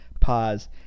pause